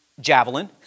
javelin